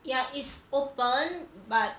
ya it's open but